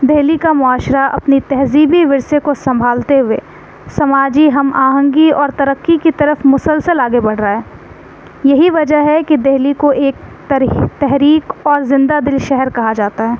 دلی کا معاشرہ اپنی تہذیبی ورثے کو سنبھالتے ہوئے سماجی ہم آہنگی اور ترقی کی طرف مسلسل آگے بڑھ رہا ہے یہی وجہ ہے کہ دلی کو ایک تحریک تحریک اور زندہ دل شہر کہا جاتا ہے